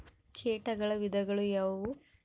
ಕೇಟಗಳ ವಿಧಗಳು ಯಾವುವು?